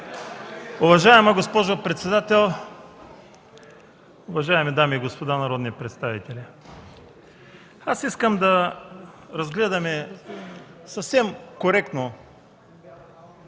Уважаема госпожо председател, уважаеми дами и господа народни представители! Искам да разгледаме съвсем коректно